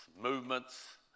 movements